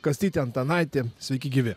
kastytį antanaitį sveiki gyvi